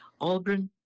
Aldrin